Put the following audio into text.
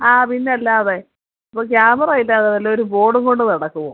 ആ പിന്നല്ലാതെ ഇപ്പോൾ ക്യാമറ ഇല്ലാതെ വല്ലവരും ഫോണും കൊണ്ട് നടക്കുമോ